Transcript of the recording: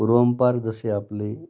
पूर्वंपार जसे आपले